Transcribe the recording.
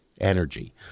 energy